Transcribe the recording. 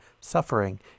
suffering